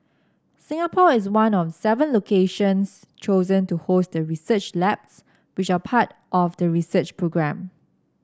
Singapore is one of seven locations chosen to host the research labs which are part of the research programme